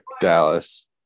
Dallas